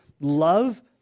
love